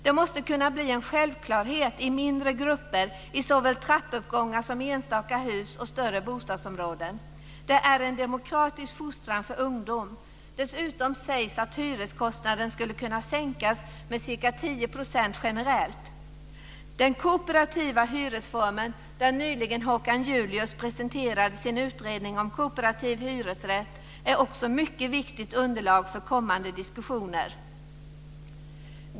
Det måste kunna blir en självklarhet i mindre grupper i såväl trappuppgångar som enstaka hus och större bostadsområden. Det är en demokratisk fostran för ungdom. Dessutom sägs att hyreskostnaden skulle kunna sänkas med ca 10 % generellt. Den kooperativa hyresformen, där nyligen Håkan Julius presenterade sin utredning om kooperativ hyresrätt, är också ett mycket viktigt underlag för kommande diskussioner.